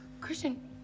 Christian